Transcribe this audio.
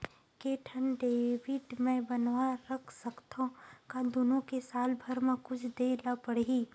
के ठन डेबिट मैं बनवा रख सकथव? का दुनो के साल भर मा कुछ दे ला पड़ही?